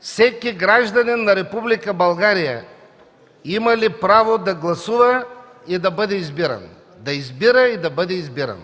всеки гражданин на Република България има ли право да гласува и да бъде избиран, да избира и да бъде избиран?